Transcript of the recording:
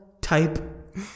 type